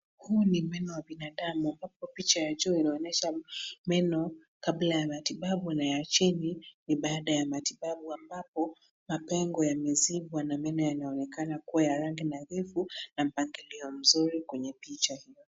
Huu ni meno wa binadamu . Kwa picha ya juu inaonyesha meno kabla ya matibabu na ya chini ni baada ya matibabu ambapo mapengo yamezibwa na meno yanaonekana kuwa ya rangi nadhifu na mpangilio mzuri kwenye picha hiyo.